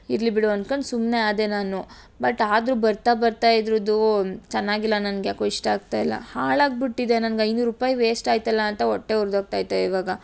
ಇರಲಿ ಬಿಡು ಅನ್ಕೊಂಡ್ ಸುಮ್ಮನೆ ಆದೆ ನಾನು ಬಟ್ ಆದರೂ ಬರ್ತಾ ಬರ್ತಾ ಇದ್ರದ್ದೂ ಚೆನ್ನಾಗಿಲ್ಲ ನನ್ಗೆ ಯಾಕೋ ಇಷ್ಟ ಆಗ್ತಾಯಿಲ್ಲ ಹಾಳಾಗಿಬಿಟ್ಟಿದೆ ನನ್ಗೆ ಐನೂರು ರೂಪಾಯ್ ವೇಸ್ಟ್ ಆಯಿತಲ್ಲ ಅಂತ ಹೊಟ್ಟೆ ಉರಿದ್ಹೋಗ್ತೈತೆ ಇವಾಗ